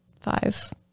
five